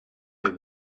der